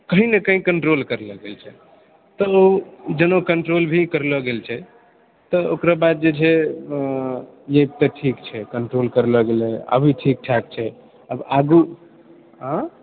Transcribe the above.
कहि ने कहि कण्ट्रोल कर लेल गेल छै तऽ ओ जेना कण्ट्रोल भी कर लेल गेल छै तऽ ओकरा बाद जे छै जे ठीक छै कण्ट्रोल करलो गेलो ठीक ठाक छै आब आगू